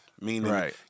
meaning